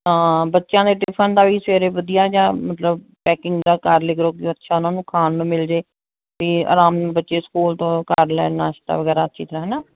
ਹਾਂ ਬੱਚਿਆਂ ਦੇ ਟਿਫਨ ਦਾ ਵੀ ਸਵੇਰੇ ਵਧੀਆ ਜਿਹਾ ਮਤਲਬ ਪੈਕਿੰਗ ਦਾ ਕਰ ਲਿਆ ਕਰੋ ਵੀ ਅੱਛਾ ਉਹਨਾਂ ਨੂੰ ਖਾਣ ਨੂੰ ਮਿਲ ਜਾਵੇ ਅਤੇ ਆਰਾਮ ਨਾਲ ਬੱਚੇ ਸਕੂਲ ਤੋਂ ਕਰ ਲੈਣ ਨਾਸ਼ਤਾ ਵਗੈਰਾ ਅੱਛੀ ਤਰ੍ਹਾਂ ਹੈ ਨਾ